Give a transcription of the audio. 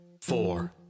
four